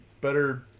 better